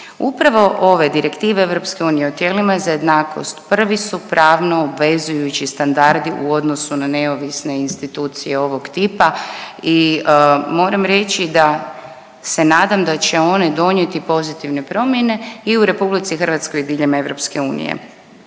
Upravo ove direktive EU o tijelima za jednakost prvi su pravno obvezujući standardi u odnosu na neovisne institucije ovog tipa i moram reći da se nadam da će one donijeti pozitivne promjene i u RH i diljem EU. I doista